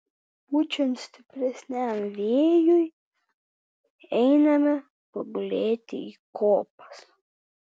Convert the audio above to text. pučiant stipresniam vėjui einame pagulėti į kopas